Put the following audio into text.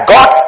God